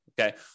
Okay